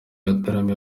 yataramiye